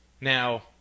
Now